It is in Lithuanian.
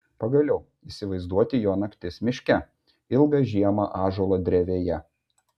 pagaliau įsivaizduoti jo naktis miške ilgą žiemą ąžuolo drevėje